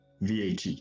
VAT